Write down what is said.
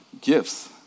gifts